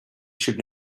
should